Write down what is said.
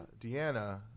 Deanna